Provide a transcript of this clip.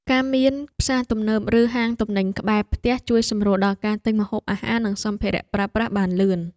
ការមានផ្សារទំនើបឬហាងទំនិញក្បែរផ្ទះជួយសម្រួលដល់ការទិញម្ហូបអាហារនិងសម្ភារៈប្រើប្រាស់បានលឿន។